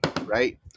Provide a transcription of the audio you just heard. Right